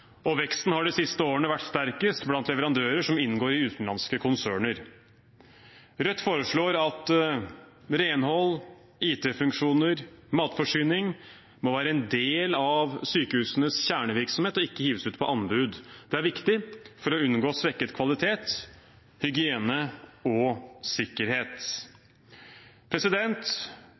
og veksten har de siste årene vært sterkest blant leverandører som inngår i utenlandske konserner. Rødt foreslår at renhold, IT-funksjoner og matforsyning må være en del av sykehusenes kjernevirksomhet og ikke hives ut på anbud. Det er viktig for å unngå svekket kvalitet, hygiene og sikkerhet.